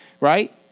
right